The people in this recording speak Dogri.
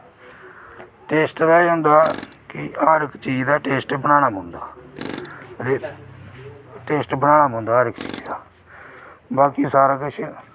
टेस्ट दा एह् होंदा कि हर चीज़ दा टेस्ट बनाना पौंदा टेस्ट बनाना पौंदा हर इक चीज़ै दा बाकी सारा किश